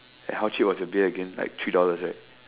and how cheap was the beer again like three dollars right